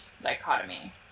dichotomy